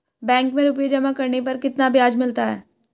Bank में रुपये जमा करने पर कितना ब्याज मिलता है?